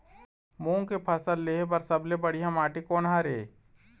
मूंग के फसल लेहे बर सबले बढ़िया माटी कोन हर ये?